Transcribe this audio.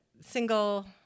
single